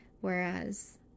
whereas